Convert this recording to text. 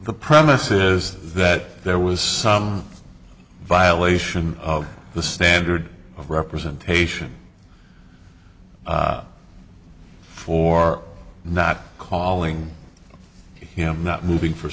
the premise is that there was some violation of the standard of representation for not calling him not moving for